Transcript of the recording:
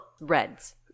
Reds